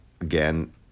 again